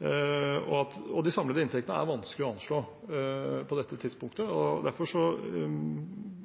De samlede inntektene er vanskelige å anslå på dette tidspunktet. Derfor mener vi det er formålstjenlig at man fokuserer på de frie inntektene når det kommer til kommuneproposisjonen. Så